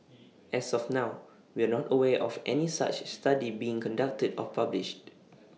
as of now we are not aware of any such study being conducted or published